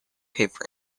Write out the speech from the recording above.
paper